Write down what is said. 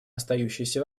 остающейся